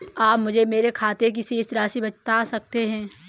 आप मुझे मेरे खाते की शेष राशि बता सकते हैं?